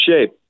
shape